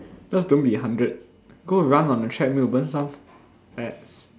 just don't be hundred go and run on the treadmill burn some fats